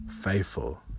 faithful